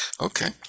Okay